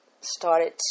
started